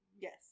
Yes